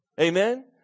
Amen